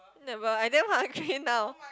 never I never hungry now